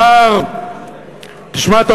תשמע טוב,